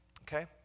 okay